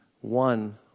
one